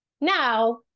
Now